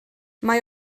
mae